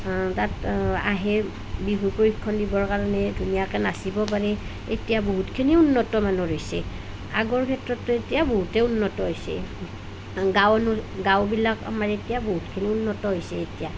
তাত আহে বিহু প্ৰশিক্ষণ দিবৰ কাৰণে ধুনীয়াকৈ নাচিব পাৰে এতিয়া বহুতখিনি উন্নত মানৰ হৈছে আগৰ ক্ষেত্ৰতো এতিয়া বহুতেই উন্নত হৈছে গাঁওনো গাঁওবিলাক আমাৰ এতিয়া বহুতখিনি উন্নত হৈছে এতিয়া